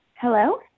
Hello